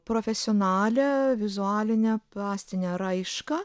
profesionalią vizualinę plastinę raišką